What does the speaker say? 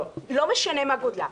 לא משנה מה גודלה.